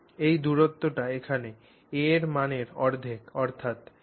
এই দূরত্বটি এখানে a র মানের অর্ধেক অর্থাৎ a2